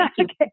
Okay